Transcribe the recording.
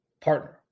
partner